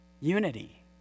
unity